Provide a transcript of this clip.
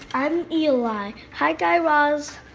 i'm eli. hi, guy raz.